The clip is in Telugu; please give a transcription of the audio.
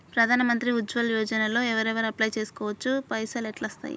ప్రధాన మంత్రి ఉజ్వల్ యోజన లో ఎవరెవరు అప్లయ్ చేస్కోవచ్చు? పైసల్ ఎట్లస్తయి?